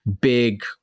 big